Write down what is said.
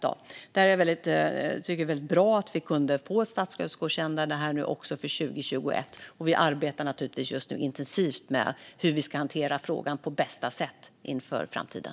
Jag tycker att det är väldigt bra att vi kunde få ett statsstödsgodkännande också för 2021. Vi arbetar naturligtvis just nu intensivt med hur vi ska hantera frågan på bästa sätt inför framtiden.